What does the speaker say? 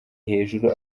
hejuru